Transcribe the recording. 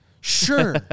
Sure